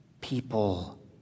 people